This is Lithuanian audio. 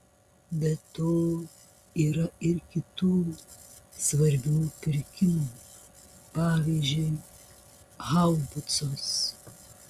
be to yra ir kitų svarbių pirkimų pavyzdžiui haubicos